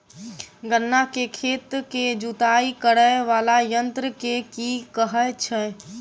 गन्ना केँ खेत केँ जुताई करै वला यंत्र केँ की कहय छै?